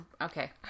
Okay